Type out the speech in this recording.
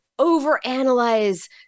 overanalyze